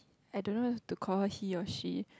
I don't know if to call her he or she